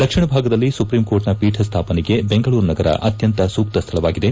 ದಕ್ಷಿಣ ಭಾಗದಲ್ಲಿ ಸುಪ್ರೀಂ ಕೋರ್ಟ್ನ ಪೀಠ ಸ್ಟಾಪನೆಗೆ ಬೆಂಗಳೂರು ನಗರ ಅತ್ತಂತ ಸೂಕ್ತ ಸ್ಥಳವಾಗಿದೆ